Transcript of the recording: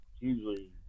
usually